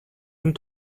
энэ